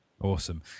awesome